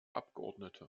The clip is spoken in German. abgeordnete